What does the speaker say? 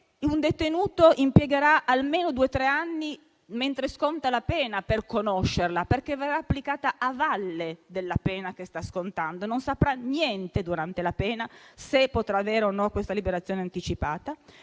un detenuto impiegherà almeno due o tre anni, mentre sconta la pena, per conoscerla, perché verrà applicata a valle della pena che sta scontando; non saprà niente durante la pena, se potrà avere o no la liberazione anticipata.